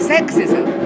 Sexism